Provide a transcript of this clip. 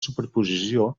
superposició